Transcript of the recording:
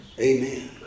amen